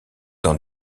dans